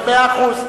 מאה אחוז.